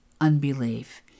unbelief